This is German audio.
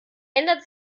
ändert